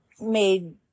made